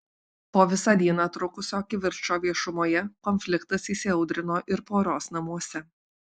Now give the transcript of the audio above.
po visą dieną trukusio kivirčo viešumoje konfliktas įsiaudrino ir poros namuose